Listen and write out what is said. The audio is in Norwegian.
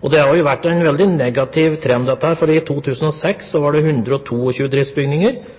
Dette har jo vært en veldig negativ trend. I 2006 gjaldt det 122 driftsbygninger, og i 2009 hele 223, så det